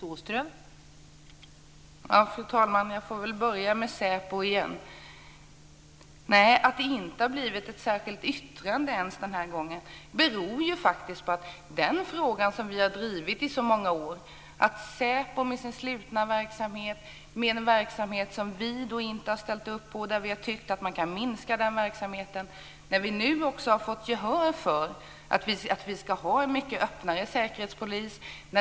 Fru talman! Jag får väl börja med säpo igen. Att det inte ens har blivit ett särskilt yttrande den här gången beror faktiskt på att vi nu har fått gehör för den fråga som vi har drivit i så många år. I stället för säpos slutna verksamhet, som vi inte har ställt upp på utan tyckt att man kan minska, ska vi nu ha en mycket öppnare säkerhetspolis.